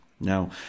Now